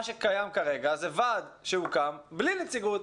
מה שקיים כרגע זה ועד שהוקם בלי נציגות.